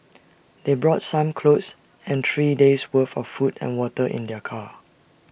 they brought some clothes and three days' worth of food and water in their car